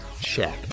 check